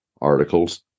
articles